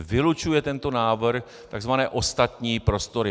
Vylučuje tento návrh tzv. ostatní prostory.